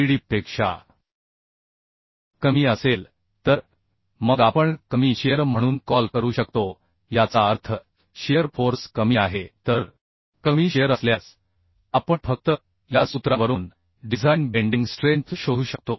6Vd पेक्षाकमी असेल तर मग आपण कमी शिअर म्हणून शकतो याचा अर्थ शिअर फोर्स कमी आहे तर कमी शिअर असल्यास आपण फक्त या सूत्रावरून डिझाइन बेंडिंग स्ट्रेंथ शोधू शकतो